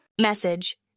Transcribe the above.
Message